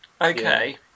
Okay